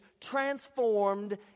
transformed